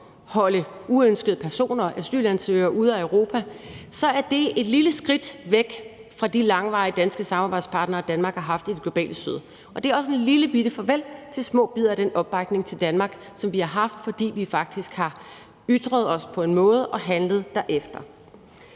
holde uønskede personer, asylansøgere, ude af Europa, så er det et lille skridt væk fra de langvarige samarbejdspartnere, Danmark har haft i det globale syd, og det er også et lillebitte farvel til små bidder af den opbakning til Danmark, som vi har haft, fordi vi faktisk har ytret os på en måde og handlet derefter.